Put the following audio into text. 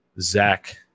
Zach